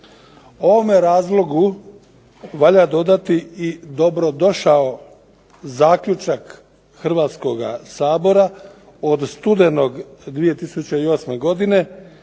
Ovome razlogu valja dodati i dobrodošao zaključak Hrvatskoga sabora od studenog 2008. godine